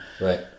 Right